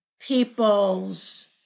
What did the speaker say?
people's